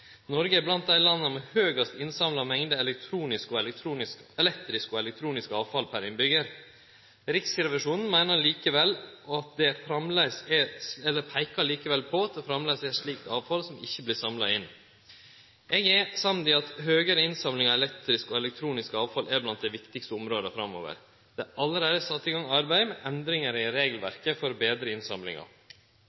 Noreg er blant dei landa med høgast innsamla mengd elektrisk og elektronisk avfall per innbyggjar. Riksrevisjonen peikar likevel på at det framleis er slikt avfall som ikkje vert samla inn. Eg er samd i at høgare innsamling av elektrisk og elektronisk avfall er blant dei viktigaste områda framover. Det er allereie sett i gang arbeid med endringar i